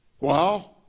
Wow